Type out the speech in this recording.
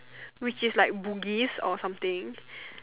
which is like Bugis or something